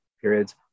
periods